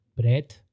bread